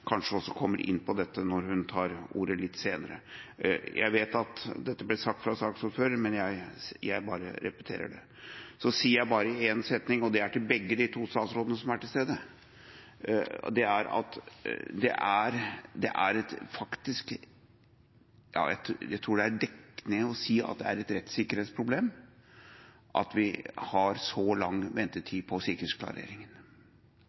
kanskje også kommer inn på dette når hun får ordet litt senere. Jeg vet at dette ble sagt av saksordføreren, men jeg bare repeterer det. Så sier jeg bare én setning, til begge de to statsrådene som er til stede, og det er at jeg tror det er dekkende å si at det er et rettssikkerhetsproblem at vi har så lang ventetid